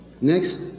Next